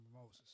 Moses